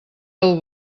del